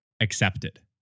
Accepted